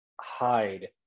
hide